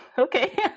okay